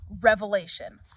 revelation